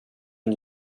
and